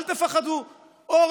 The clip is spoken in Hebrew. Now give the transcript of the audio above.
אל תפחדו,